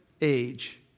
age